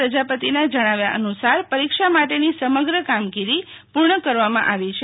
પ્રજાપતિના જણાવ્યા અનસાર પરીક્ષા માટેની સમગ્ર કામગોરી પૂર્ણ કરવાાં આવી છે